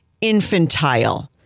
infantile